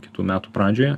kitų metų pradžioje